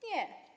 Nie.